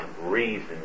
reason